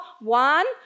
one